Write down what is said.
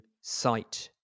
sight